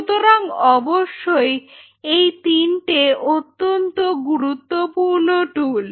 সুতরাং অবশ্যই এই তিনটে অত্যন্ত গুরুত্বপূর্ণ টুল